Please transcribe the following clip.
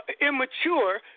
immature